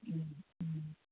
ம் ம்